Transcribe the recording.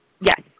Yes